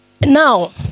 Now